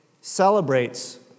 celebrates